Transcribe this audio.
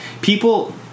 people